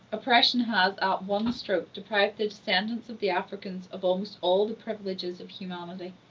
oppression has, at one stroke, deprived the descendants of the africans of almost all the privileges of humanity.